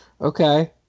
Okay